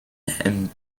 and